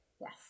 Yes